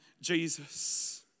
Jesus